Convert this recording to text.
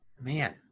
Man